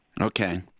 Okay